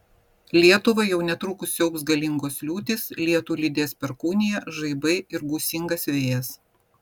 lietuvą jau netrukus siaubs galingos liūtys lietų lydės perkūnija žaibai ir gūsingas vėjas